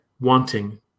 wanting